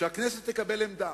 הכנסת תקבל עמדה.